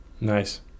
Nice